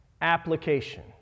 application